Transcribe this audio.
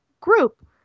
group